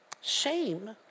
shame